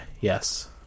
yes